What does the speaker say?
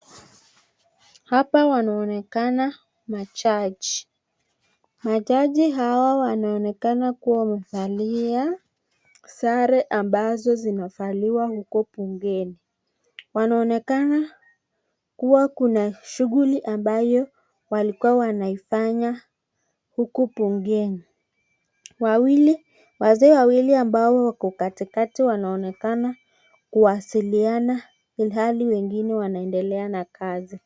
Hapa wanaonekana majaji. Majaji hawa wanaonekana kuwa wamevalia sare ambazo zinavaliwa huko bungeni. Wanaonekana kuwa kuna shughuli ambayo walikuwa wanaifanya huku bungeni. Wawili, wazee wawili ambao wako katikati wanaonekana kuwasiliana ilhali wengine wanaendelea na kazi.